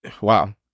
Wow